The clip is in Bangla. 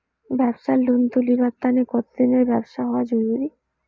ব্যাবসার লোন তুলিবার তানে কতদিনের ব্যবসা হওয়া জরুরি?